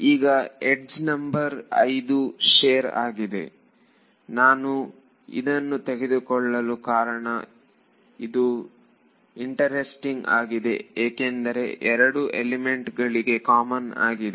ಈಗ edge number 5 share ಆಗಿದೆ ನಾನು ಇದನ್ನು ತೆಗೆದುಕೊಳ್ಳಲು ಕಾರಣ ಇದು ಇಂಟರೆಸ್ಟಿಂಗ್ ಆಗಿದೆ ಏಕೆಂದರೆ ಎರಡು ಎಲಿಮೆಂಟ್ಗಳಿಗೆ ಕಾಮನ್ ಆಗಿದೆ